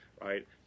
right